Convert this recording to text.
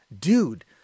Dude